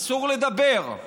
אסור לדבר.